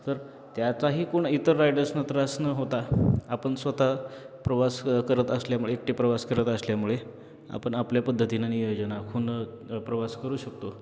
तर त्याचाही कोण इतर रायडर्सना त्रास न होता आपण स्वतः प्रवास करत असल्यामुळे एकटे प्रवास करत असल्यामुळे आपण आपल्या पद्धतीनं नियोजन आखून प्रवास करू शकतो